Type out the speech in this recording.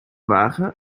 wagen